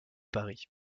paris